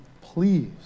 please